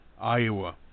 Iowa